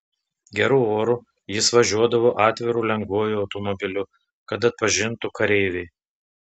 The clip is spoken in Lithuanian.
geru oru jis važiuodavo atviru lengvuoju automobiliu kad atpažintų kareiviai